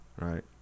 right